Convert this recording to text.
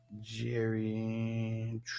Jerry